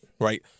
right